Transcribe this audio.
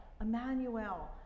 Emmanuel